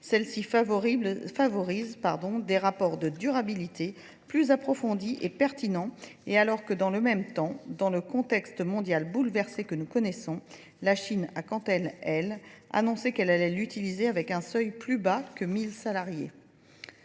Celle-ci favorise des rapports de durabilité plus approfondis et pertinents, et alors que dans le même temps, dans le contexte mondial bouleversé que nous connaissons, la Chine à Cantel, elle, annonçait qu'elle allait l'utiliser avec un seuil plus bas que 1000 salariés.